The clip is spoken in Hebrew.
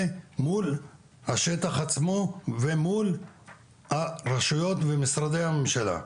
מול השטח עצמו, מול הרשויות ומשרדי הממשלה.